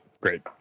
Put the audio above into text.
Great